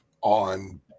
on